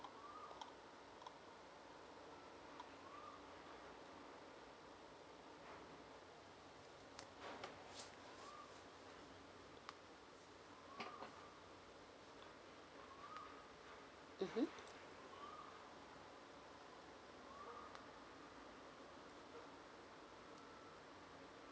mmhmm